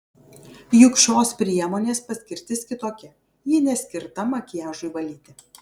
juk šios priemonės paskirtis kitokia ji neskirta makiažui valyti